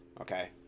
okay